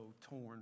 torn